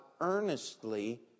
earnestly